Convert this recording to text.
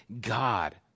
God